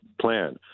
plan